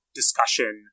discussion